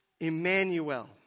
Emmanuel